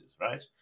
Right